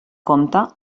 compte